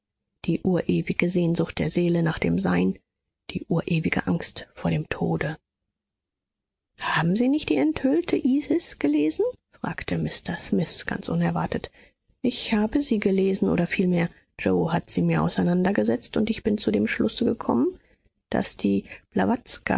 die urewige sehnsucht der seelen nach dem sein die urewige angst vor dem tode haben sie die enthüllte isis gelesen fragte mr smith ganz unerwartet ich habe sie gelesen oder vielmehr yoe hat sie mir auseinandergesetzt und ich bin zu dem schlusse gekommen daß die